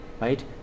right